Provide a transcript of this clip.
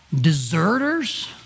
Deserters